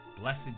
Blessed